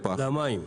למים.